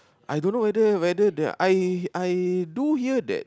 I don't know whether whether the I I though hear that